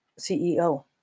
ceo